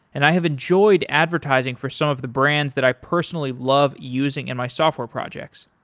and i have enjoyed advertising for some of the brands that i personally love using in my software projects.